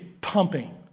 pumping